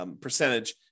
percentage